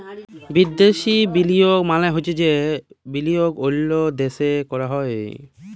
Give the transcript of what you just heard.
বিদ্যাসি বিলিয়গ মালে চ্ছে যে বিলিয়গ অল্য দ্যাশে ক্যরা হ্যয়